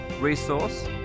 resource